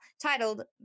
titled